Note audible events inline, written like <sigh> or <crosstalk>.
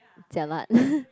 jialat <laughs>